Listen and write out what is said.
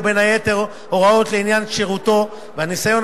ובין היתר הוראות לעניין כשירותו והניסיון